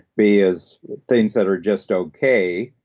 b is things that are just okay.